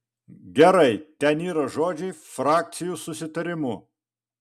gerai ten yra žodžiai frakcijų susitarimu